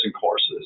courses